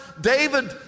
David